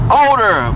older